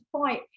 fight